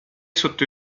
sotto